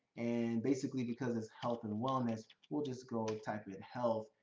and basically because it's health and wellness, we'll just go and type in health,